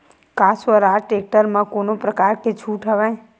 का स्वराज टेक्टर म कोनो प्रकार के छूट हवय?